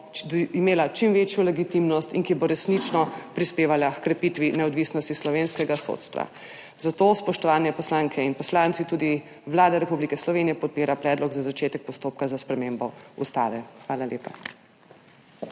imela čim večjo legitimnost in ki bo resnično prispevala h krepitvi neodvisnosti slovenskega sodstva. Zato, spoštovane poslanke in poslanci, tudi Vlada Republike Slovenije podpira predlog za začetek postopka za spremembo Ustave. Hvala lepa.